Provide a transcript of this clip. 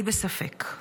אני בספק.